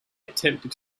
attempted